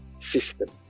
system